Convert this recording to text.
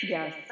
Yes